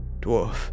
dwarf